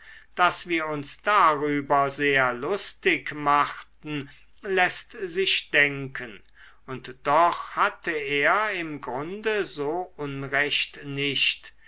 daß wir uns darüber sehr lustig machten läßt sich denken und doch hatte er im grunde so unrecht nicht